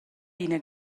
d’ina